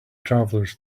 travelers